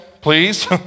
please